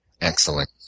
Excellent